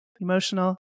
emotional